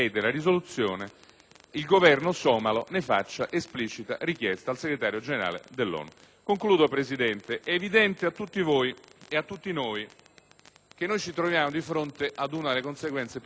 il Governo somalo ne faccia esplicita richiesta al segretario generale dell'ONU. Concludo, signor Presidente. È evidente a tutti voi e a tutti noi che ci troviamo di fronte ad una delle conseguenze più drammatiche